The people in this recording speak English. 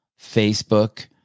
Facebook